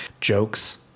Jokes